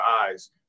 eyes